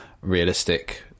realistic